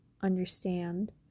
understand